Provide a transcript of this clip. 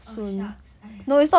oh shucks !aiya!